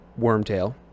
Wormtail